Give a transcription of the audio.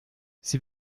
sie